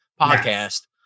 podcast